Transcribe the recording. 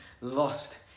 lost